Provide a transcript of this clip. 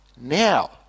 now